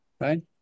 right